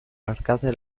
arcate